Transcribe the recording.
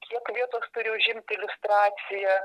kiek vietos turi užimti iliustracija